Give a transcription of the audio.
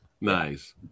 Nice